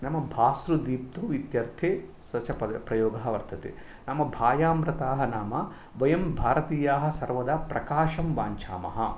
नाम भासु दिप्तु इत्यर्थे स च प्रयोगः वर्तते नाम भायां रताः नाम वयं भारतीयाः सर्वदा प्रकाशं वाञ्छामः